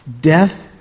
Death